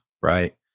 right